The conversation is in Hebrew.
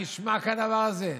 הנשמע כדבר הזה?